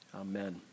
Amen